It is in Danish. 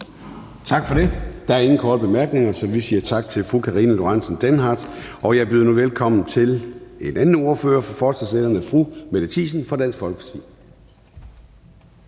Tak for det. Der er ingen korte bemærkninger, så vi siger tak til fru Karina Lorentzen Dehnhardt, og jeg byder nu velkommen til en anden ordfører for forslagsstillerne, fru Mette Thiesen fra Dansk Folkeparti.